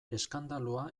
eskandalua